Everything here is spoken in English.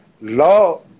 law